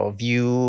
view